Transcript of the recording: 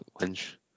Lynch